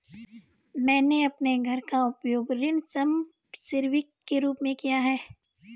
मैंने अपने घर का उपयोग ऋण संपार्श्विक के रूप में किया है